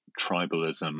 tribalism